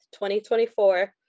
2024